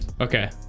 Okay